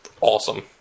awesome